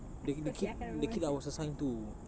the ki~ the kid the kid I was assigned to